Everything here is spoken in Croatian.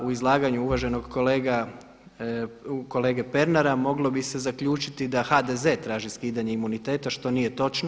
Pa u izlaganju uvaženog kolege Pernara moglo bi se zaključiti da HDZ traži skidanje imuniteta što nije točno.